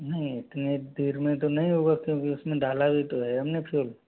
नहीं इतनी देर में तो नहीं होगा क्योंकि उसमें डाला भी तो है हमने फ्यूल